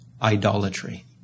idolatry